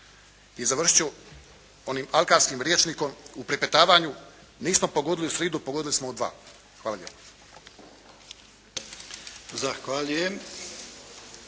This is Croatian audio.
I završit ću onim alkarskim rječnikom u pripetavanju nismo pogodili u sridu, pogodili smo u dva. Hvala